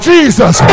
Jesus